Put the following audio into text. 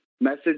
message